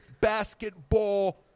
basketball